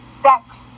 sex